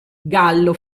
gallo